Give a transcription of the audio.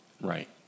Right